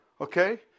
Okay